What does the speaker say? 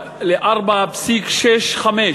ל-4.65,